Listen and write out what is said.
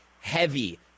heavy